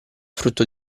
frutto